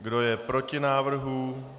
Kdo je proti návrhu?